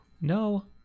No